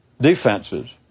defenses